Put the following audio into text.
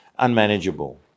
Unmanageable